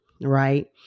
right